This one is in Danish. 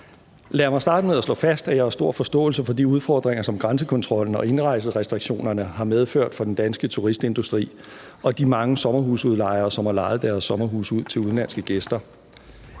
Lad mig starte med at slå fast, at jeg har stor forståelse for de udfordringer, som grænsekontrollen og indrejserestriktionerne har medført for den danske turistindustri og de mange sommerhusudlejere, som har lejet deres sommerhuse ud til udenlandske gæster.